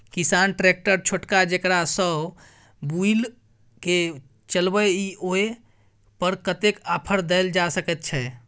किसान ट्रैक्टर छोटका जेकरा सौ बुईल के चलबे इ ओय पर कतेक ऑफर दैल जा सकेत छै?